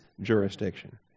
jurisdiction